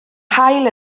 haul